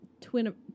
twin